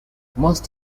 most